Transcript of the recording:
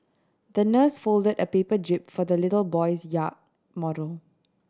the nurse folded a paper jib for the little boy's yacht model